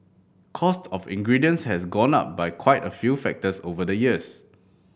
cost of ingredients has gone up by quite a few factors over the years